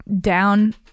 down